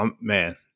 man